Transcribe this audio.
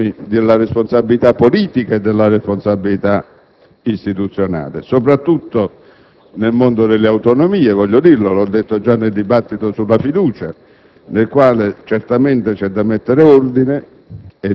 e corretta amministrazione, perché si sono indeboliti i meccanismi della responsabilità politica e istituzionale, soprattutto nel mondo delle autonomie (come ho detto già nel dibattito sulla fiducia),